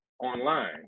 online